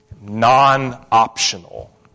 Non-optional